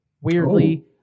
Weirdly